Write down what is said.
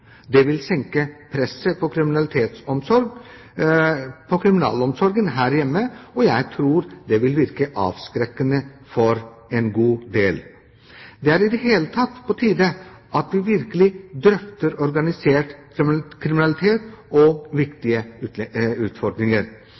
Det vil senke presset på kriminalomsorgen her hjemme, og jeg tror det vil virke avskrekkende for en god del. Det er i det hele tatt på tide at vi virkelig drøfter organisert kriminalitet og viktige utfordringer.